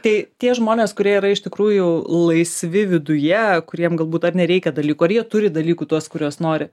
tai tie žmonės kurie yra iš tikrųjų laisvi viduje kuriem galbūt ar nereikia dalykų ar jie turi dalykų tuos kuriuos nori